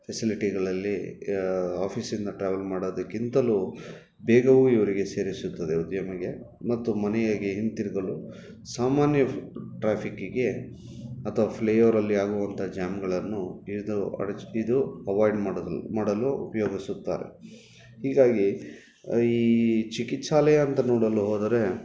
ಫೆಸಿಲಿಟಿಗಳಲ್ಲಿ ಆಫೀಸಿಂದ ಟ್ರಾವೆಲ್ ಮಾಡೋದಕ್ಕಿಂತಲೂ ಬೇಗವೂ ಇವರಿಗೆ ಸೇರಿಸುತ್ತದೆ ಉದ್ಯಮಿಗೆ ಮತ್ತು ಮನೆಗೆ ಹಿಂತಿರುಗಲು ಸಾಮಾನ್ಯ ಟ್ರಾಫಿಕ್ಕಿಗೆ ಅತಾ ಫ್ಲೇಓರಲ್ಲಿ ಆಗುವಂಥ ಜಾಮ್ಗಳನ್ನು ಇದು ಅಡ್ಚ್ ಇದು ಅವಾಯ್ಡ್ ಮಾಡಲು ಮಾಡಲು ಉಪಯೋಗಿಸುತ್ತಾರೆ ಹೀಗಾಗಿ ಈ ಚಿಕಿತ್ಸಾಲಯ ಅಂತ ನೋಡಲು ಹೋದರೆ